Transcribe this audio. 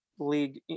league